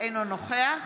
אינו נוכח